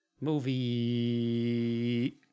Movie